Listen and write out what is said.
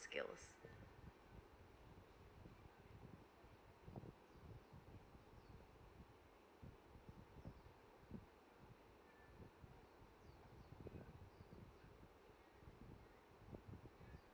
skills